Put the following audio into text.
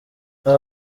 aba